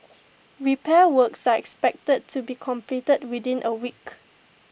repair works are expected to be completed within A week